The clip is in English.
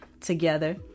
together